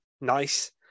nice